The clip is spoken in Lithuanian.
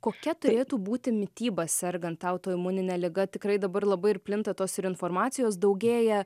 kokia turėtų būti mityba sergant autoimunine liga tikrai dabar labai ir plinta tos ir informacijos daugėja